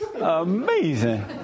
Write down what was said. Amazing